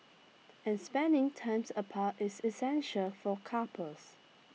and spending times apart is essential for couples